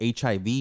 HIV